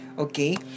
Okay